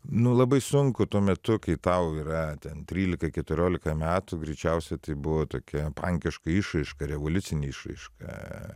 nu labai sunku tuo metu kai tau yra trylika keturiolika metų greičiausiai tai buvo tokia pankiška išraiška revoliucinė išraiška